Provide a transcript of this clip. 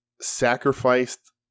sacrificed